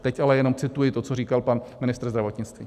Teď ale jenom cituji to, co říkal pan ministr zdravotnictví.